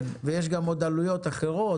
ויש גם עוד עלויות אחרות,